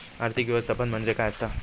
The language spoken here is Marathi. आर्थिक व्यवस्थापन म्हणजे काय असा?